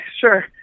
sure